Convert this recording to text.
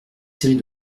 série